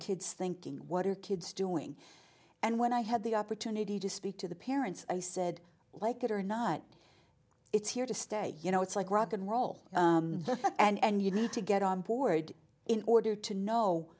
kids thinking what are kids doing and when i had the opportunity to speak to the parents i said like it or not it's here to stay you know it's like rock n roll and you need to get on board in order to know